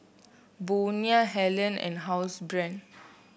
Bonia Helen and Housebrand